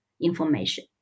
information